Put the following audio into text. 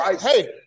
Hey